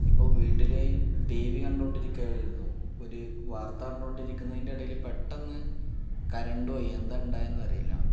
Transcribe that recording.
ഇപ്പോൾ വീട്ടിൽ T V കണ്ടുകൊണ്ട് ഇരിക്കുകയായിരുന്നു ഒരു വാർത്ത കണ്ടുകൊണ്ട് ഇരിക്കുന്നതിൻ്റെ ഇടയിൽ പെട്ടെന്ന് കരണ്ട് പോയി എന്താണ് ഉണ്ടായതെന്ന് അറിയില്ല